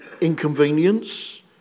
Inconvenience